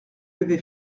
avait